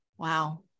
Wow